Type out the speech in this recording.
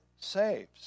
saves